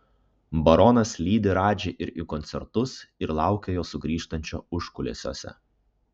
baronas lydi radži ir į koncertus ir laukia jo sugrįžtančio užkulisiuose